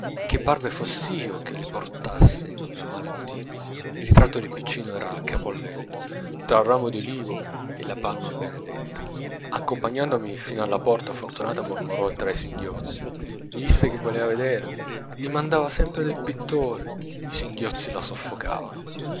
che parve fossi io che le portassi la mala notizia il ritratto del piccino era accapo al letto tra un ramo di olivo e la palma benedetta accompagnandomi fin alla porta fortunata mormorò tra i singhiozzi mi disse che voleva vedervi dimandava sempre del pittore i singhiozzi la soffocavano